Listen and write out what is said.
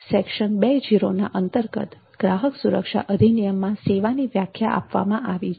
section ૨૦ ના અંતર્ગત ગ્રાહક સુરક્ષા અધિનિયમમાં સેવાની વ્યાખ્યા આપવામાં આવી હતી